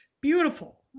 beautiful